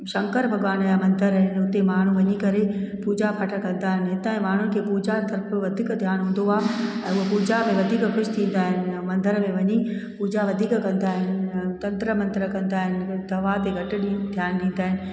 शंकर भॻिवान जा मंदर आहिनि हुते माण्हू वञी करे पूजा पाठ कंदा आहिनि हितां माण्हुनि खे पूजा तर्फ़ु वधीक ध्यानु हूंदो आहे ऐं उहे पूजा में वधीक ख़ुशि थींदा आहिनि मंदर में वञी पूजा वधीक कंदा आहिनि तंत्र मंत्र कंदा आहिनि दवा ते घटि ध्यानु ॾींदा आहिनि